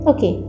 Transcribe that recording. Okay